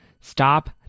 stop